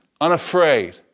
unafraid